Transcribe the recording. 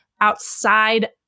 outside